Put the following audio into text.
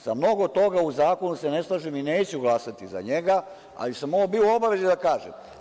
Sa mnogo toga u zakonu se ne slažem i neću glasati za njega, ali sam ovo bio u obavezi da kažem.